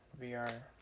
VR